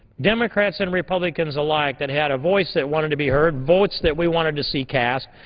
democrats and republicans alike, that had a voice that wanted to be heard, votes that we wanted to see cast,